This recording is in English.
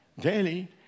daily